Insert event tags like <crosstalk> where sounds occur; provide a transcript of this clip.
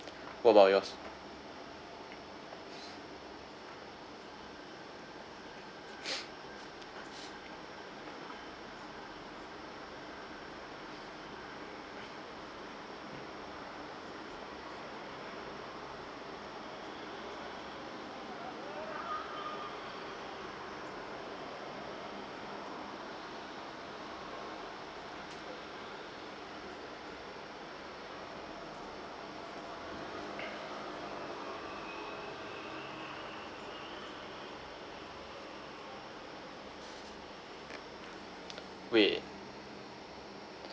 what about yours <breath> wait